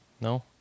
No